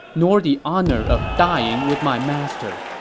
nor the honor of dying with my master.